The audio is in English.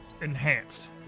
enhanced